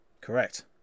Correct